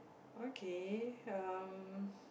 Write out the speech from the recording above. okay um